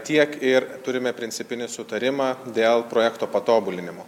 tiek ir turime principinį sutarimą dėl projekto patobulinimo